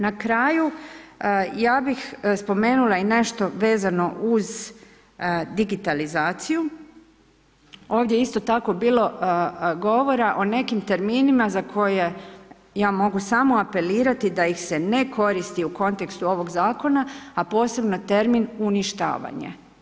Na kraju, ja bih spomenula i nešto vezano uz digitalizaciju, ovdje isto tako bilo govora o nekim terminima, za koje ja mogu samo apelirati da ih se ne koristi u kontekstu ovoga zakona, a posebno termin uništavanja.